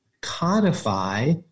codify